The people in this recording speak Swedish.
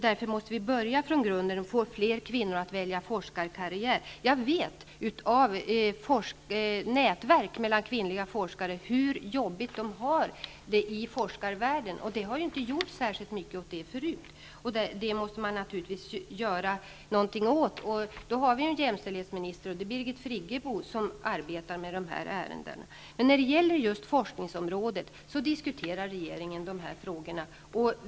Därför måste vi börja från grunden och få fler kvinnor att välja forskarkarriären. Jag har från nätverk för kvinnliga forskare fått veta hur jobbigt de har det i forskarvärlden. Särskilt mycket har inte gjorts åt den situationen tidigare. Något måste naturligtvis göras. Det finns en jämställdhetsminister, nämligen Birgit Friggebo, som arbetar med dessa ärenden. Regeringen diskuterar frågorna när det gäller forskningsområdet.